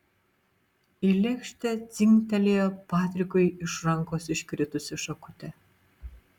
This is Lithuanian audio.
į lėkštę dzingtelėjo patrikui iš rankos iškritusi šakutė